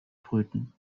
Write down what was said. brüten